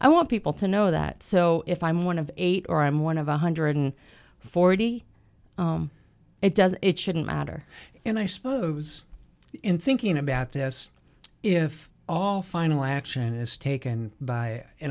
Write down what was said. i want people to know that so if i'm one of eight or i'm one of a one hundred and forty it doesn't it shouldn't matter and i suppose in thinking about this if all final action is taken by